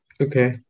Okay